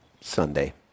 Sunday